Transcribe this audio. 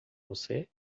você